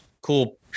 cool